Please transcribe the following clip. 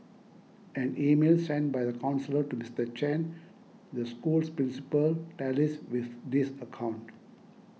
an email sent by the counsellor to Mister Chen the school's principal tallies with this account